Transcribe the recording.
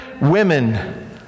women